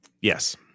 Yes